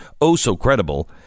oh-so-credible